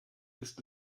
ist